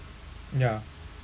ya